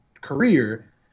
career